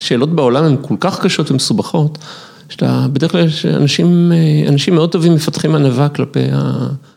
שאלות בעולם הן כל כך קשות ומסובכות, שבדרך כלל יש אנשים, אנשים מאוד טובים מפתחים ענווה כלפי ה...